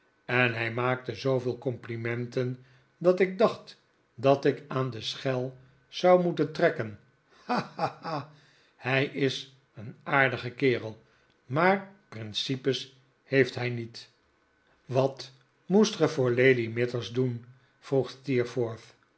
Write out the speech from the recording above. en hij maakte zooveel complimenten dat ik dacht dat ik aan de schel zou moeten trekken ha ha ha hij is een aardige kerel maar principes heeft hij niet wat moest ge voor lady mithers doen vroeg